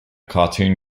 cartoon